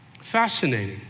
Fascinating